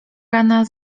rana